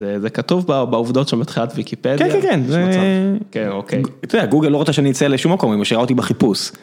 זה כתוב בעובדות שמתחילת ויקיפדיה, כן כן כן, זה גוגל לא רוצה שאני אצא לשום מקום היא משאירה אותי בחיפוש.